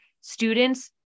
students